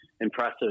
impressive